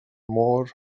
môr